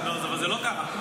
לא, זה לא ככה.